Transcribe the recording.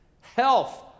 Health